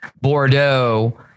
Bordeaux